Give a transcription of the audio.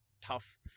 tough